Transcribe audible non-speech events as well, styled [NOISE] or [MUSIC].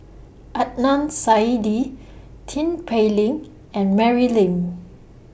[NOISE] Adnan Saidi Tin Pei Ling and Mary Lim